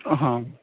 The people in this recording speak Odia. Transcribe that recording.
ହଁ